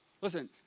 Listen